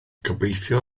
gobeithio